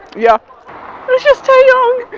yeah. it's just taeyong.